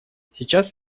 сейчас